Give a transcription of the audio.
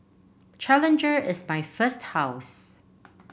challenger is my first house